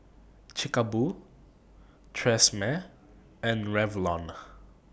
Chic A Boo Tresemme and Revlon